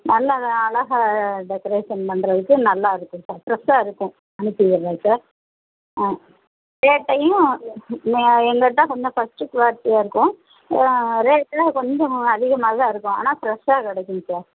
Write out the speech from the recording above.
நல்லா அழகா டெக்கரேஷன் பண்ணுறதுக்கு நல்லாயிருக்கும் சார் ஃப்ரெஷ்ஷாக இருக்கும் அனுப்பி விட்றேன் சார் ஆ ரேட்டையும் மே எங்கள்கிட்ட கொஞ்சம் ஃபர்ஸ்ட்டு குவாலிட்டியாக இருக்கும் ரேட்டுலாம் கொஞ்சம் அதிகமாக தான் இருக்கும் ஆனால் ஃப்ரெஷ்ஷாக கிடைக்குங்க சார்